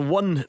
one